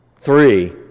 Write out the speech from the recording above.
Three